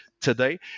today